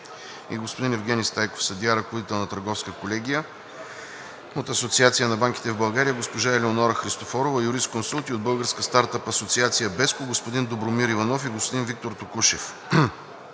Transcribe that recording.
и господин Евгени Стайков – съдия, ръководител на Търговската колегия; от Асоциация на банките в България – госпожа Елеонора Христофорова – юрисконсулт, и от Българска стартъп асоциация BESCO – господин Добромир Иванов и господин Виктор Токушев.